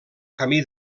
camí